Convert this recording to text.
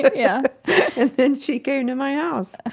yeah and then she came to my ah house ah